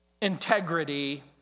integrity